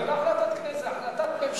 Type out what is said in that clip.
זו לא החלטת כנסת, זו החלטת ממשלה.